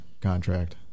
contract